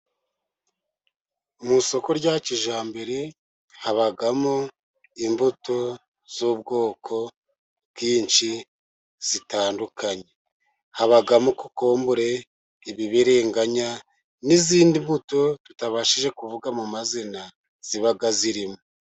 Mu isoko rya kijyambere habamo imbuto z'ubwoko bwinshi zitandukanye: habamo kokombure, ibibiringanya, n'izindi mbuto tutabashije kuvuga mu mazina ziba zirimo.